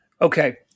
Okay